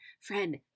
Friend